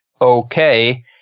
okay